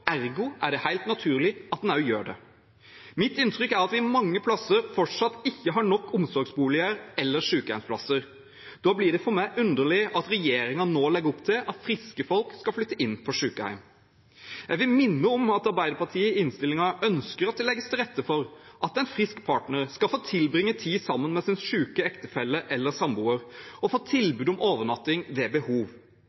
ergo er det helt naturlig at en gjør det. Mitt inntrykk er at vi mange plasser fortsatt ikke har nok omsorgsboliger eller sykehjemsplasser. Da blir det underlig for meg at regjeringen nå legger opp til at friske folk skal flytte inn på sykehjem. Jeg vil minne om at Arbeiderpartiet i innstillingen ønsker at det legges til rette for at en frisk partner skal få tilbringe tid sammen med sin syke ektefelle eller samboer og få